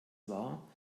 war